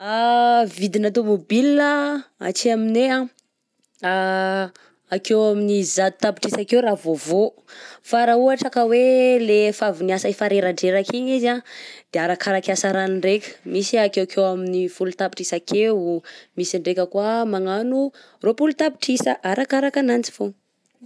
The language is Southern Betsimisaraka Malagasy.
Vidina tômôbila aty aminay akeo amin'ny zato tapitrisa akeo ra vaovao fa raha ohatra ka hoe le efa avy niasa efa reradreraka igny izy a de arakaraky asarany ndraika misy akekeo amy folo tapitrisa akeo, misy ndraika koa magnano roapolo arakaraka agnanjy fô.